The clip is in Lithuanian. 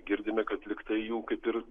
girdime kad lyg tai jų kaip ir